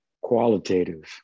qualitative